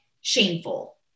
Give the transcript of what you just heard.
shameful